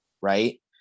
right